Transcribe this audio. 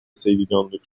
соединенных